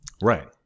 Right